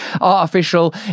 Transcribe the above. artificial